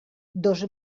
dos